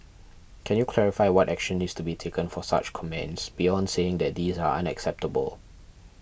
can you clarify what action needs to be taken for such comments beyond saying that these are unacceptable